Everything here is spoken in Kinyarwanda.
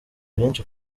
byinshi